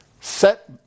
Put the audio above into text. Set